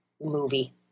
movie